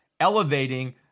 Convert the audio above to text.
elevating